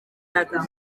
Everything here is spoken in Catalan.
data